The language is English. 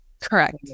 Correct